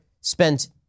spent